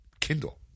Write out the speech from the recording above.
Kindle